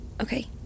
Okay